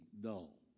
dull